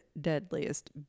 deadliest